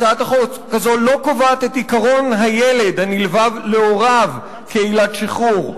הצעת החוק הזאת לא קובעת את עקרון הילד הנלווה להוריו כעילת שחרור.